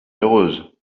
heureuse